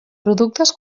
productes